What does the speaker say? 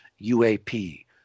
UAP